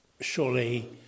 surely